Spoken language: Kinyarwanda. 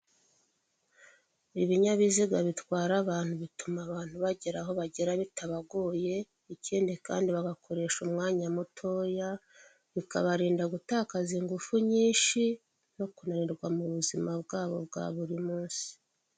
Ibinyabiziga bitwara abantu bituma abantu bagera aho bagera bitabagoye, ikindi kandi bagakoresha umwanya mutoya, bikabarinda gutakaza ingufu nyinshi no kunanirwa mu buzima bwabo bwa buri munsi.